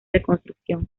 reconstrucción